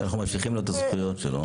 כי אנחנו ממשיכים לו את הזכויות שלו.